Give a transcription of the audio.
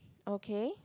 okay